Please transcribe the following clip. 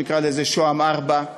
נקרא לזה "שהם 4";